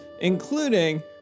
including